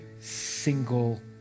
single